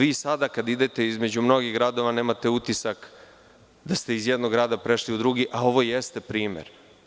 Vi sada kada idete između mnogih gradova, nemate utisak da ste iz jednog grada prešli u drugi, a ovo jeste primer.